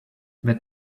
that